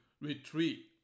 retreat